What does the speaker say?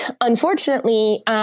unfortunately